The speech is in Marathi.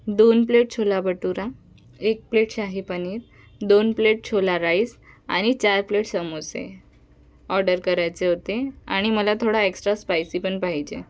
दोन प्लेट छोला भटुरा एक प्लेट शाही पनीर दोन प्लेट छोला राईस आणि चार प्लेट समोसे ऑर्डर करायचे होते आणि मला थोडा एक्स्ट्रा स्पायसी पण पाहिजे